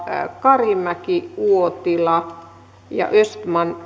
karimäki uotila ja östman